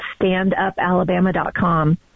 StandUpAlabama.com